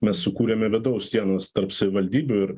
mes sukūrėme vidaus sienas tarp savivaldybių ir